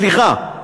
סליחה,